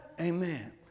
Amen